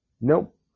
nope